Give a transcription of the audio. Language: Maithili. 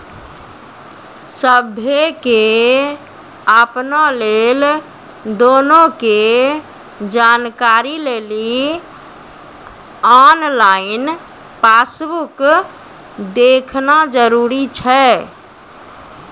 सभ्भे के अपनो लेन देनो के जानकारी लेली आनलाइन पासबुक देखना जरुरी छै